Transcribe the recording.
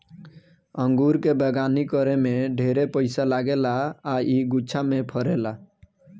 अंगूर के बगानी करे में ढेरे पइसा लागेला आ इ गुच्छा में फरेला